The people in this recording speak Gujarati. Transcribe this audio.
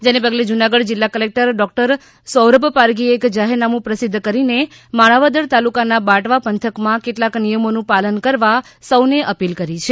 જેને પગલે જૂનાગઢ જિલ્લા કલેકટર ડોક્ટર સૌરભ પારધીએ એક જાહેરનામું પ્રસિદ્ધ કરીને માણાવદર તાલુકાના બાટવા પંથકમાં કેટલાક નિયમોનું પાલન કરવા સૌ કોઈને અપીલ કરી છે